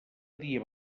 dia